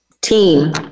team